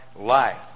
Life